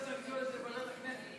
נושא חדש היה צריך להיות בוועדת הכנסת.